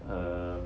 err